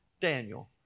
Daniel